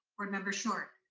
board member short.